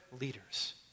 leaders